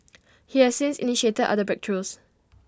he has since initiated other breakthroughs